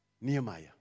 Nehemiah